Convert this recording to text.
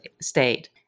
state